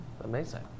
Amazing